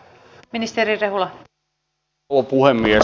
arvoisa rouva puhemies